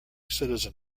citizen